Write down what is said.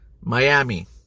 miami